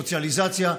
סוציאליזציה,